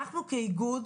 אנחנו כאיגוד,